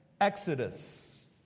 Exodus